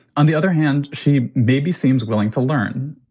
on the other hand, she maybe seems willing to learn.